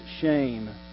shame